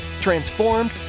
Transformed